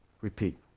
Repeat